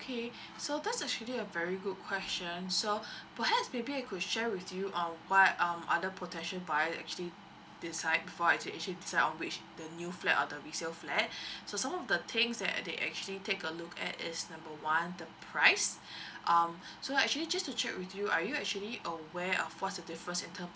okay so that's actually a very good question so perhaps maybe I could share with you um what um other potential buyer actually decide before actually actually decide on which the new flat or the resale flat so some of the things that they actually take a look at is number one the price um so actually just to check with you are you actually aware of what's the difference in terms